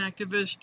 activist